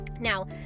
Now